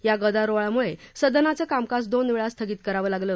या गदारोळामुळे सदनाचं कामकाज दोनवेळा स्थगित करावं लागलं